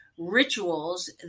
rituals